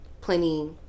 plenty